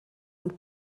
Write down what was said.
und